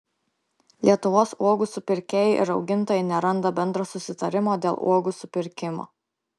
lietuvos uogų supirkėjai ir augintojai neranda bendro susitarimo dėl uogų supirkimo